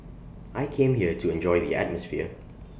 I came here to enjoy the atmosphere